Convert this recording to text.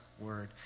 word